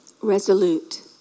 resolute